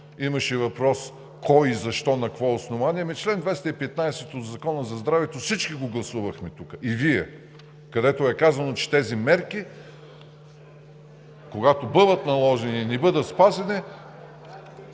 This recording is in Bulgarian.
имаше въпрос кой и защо, на какво основание. Ами чл. 215 от Закона за здравето всички тук го гласувахме – и Вие, където е казано, че тези мерки, когато бъдат наложени и не бъдат спазени,